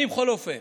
אני, בכל אופן,